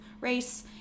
race